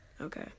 Okay